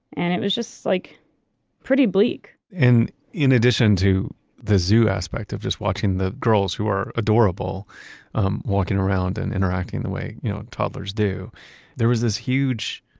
and it was just like pretty bleak and in addition to the zoo aspect of just watching the girls, who are adorable um walking around and interacting the way you know and toddlers do there was this huge